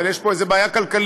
אבל יש פה איזו בעיה כלכלית,